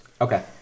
Okay